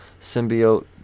symbiote